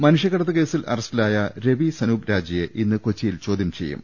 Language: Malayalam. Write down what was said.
മനുഷ്യക്കടത്ത് കേസിൽ അറസ്റ്റിലായ രവി സനൂപ് രാജയെ ഇന്ന് കൊച്ചിയിൽ ചോദ്യം ചെയ്യും